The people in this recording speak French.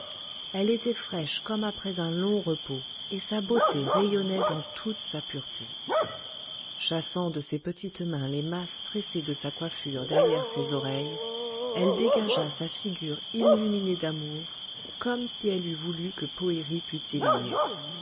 elle était fraîche comme après un long repos et sa beauté rayonnait dans toute sa pureté chassant de ses petites mains les masses tressées de sa coiffure derrière ses oreilles elle dégagea sa figure illuminée d'amour comme si elle eût voulu que poëri pût